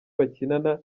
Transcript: bakinana